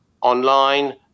online